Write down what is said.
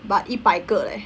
but 一百个 leh